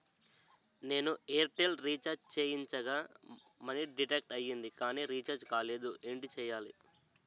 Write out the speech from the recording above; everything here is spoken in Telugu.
నేను ఎయిర్ టెల్ రీఛార్జ్ చేయించగా మనీ డిడక్ట్ అయ్యింది కానీ రీఛార్జ్ కాలేదు ఏంటి చేయాలి?